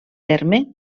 terme